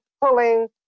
pulling